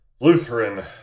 Lutheran